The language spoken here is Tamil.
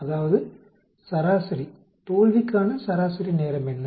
அதாவது சராசரி தோல்விக்கான சராசரி நேரம் என்ன